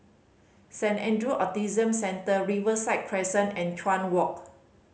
Saint Andrew Autism Centre Riverside Crescent and Chuan Walk